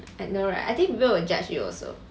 I know right I think people will judge you also